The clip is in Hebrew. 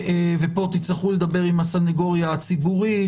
פה תצטרכו לדבר עם הסניגוריה הציבורית,